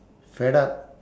fed up